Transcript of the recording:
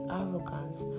arrogance